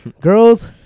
Girls